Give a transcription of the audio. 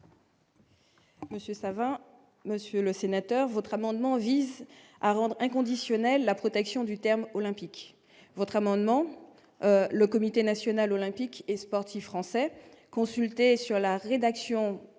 Monsieur, ça va Monsieur le Sénateur, votre amendement vise à rendre inconditionnel la protection du terme olympique votre amendement, le comité national olympique et sportif français consultés sur la rédaction